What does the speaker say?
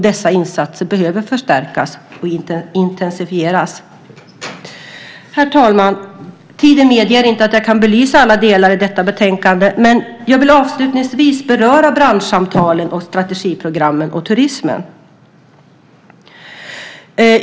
Dessa insatser behöver förstärkas och intensifieras. Herr talman! Tiden medger inte att jag kan belysa alla delar i detta betänkande, men jag vill avslutningsvis beröra branschsamtalen, strategiprogrammen och turismen.